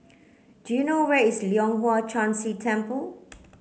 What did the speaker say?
do you know where is Leong Hwa Chan Si Temple